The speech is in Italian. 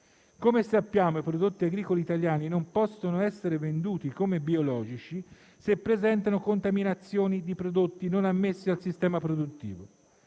Come sappiamo, i prodotti agricoli italiani non possono essere venduti come biologici se presentano contaminazioni di prodotti non ammessi al sistema produttivo.